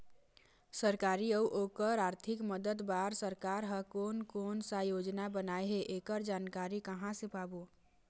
सरकारी अउ ओकर आरथिक मदद बार सरकार हा कोन कौन सा योजना बनाए हे ऐकर जानकारी कहां से पाबो?